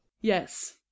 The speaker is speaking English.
Yes